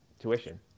tuition